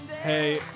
Hey